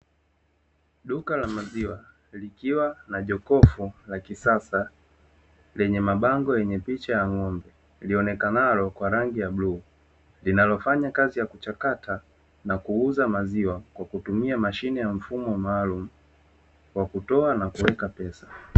Duka la maziwa na jokofu la kisasa lenye mabango yenye picha ya ng'ombe ilionekanalo kwa rangi ya blue linalofanya kazi ya kuchakata na kuuza maziwa kwa kutumia mashine ya mfumo maalum wa kutoa na kuweka pesa